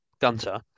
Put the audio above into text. Gunter